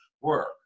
work